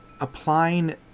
applying